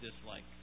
dislike